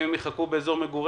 אם הם יחכו לתור באזור מגוריהם,